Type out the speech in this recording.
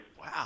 Wow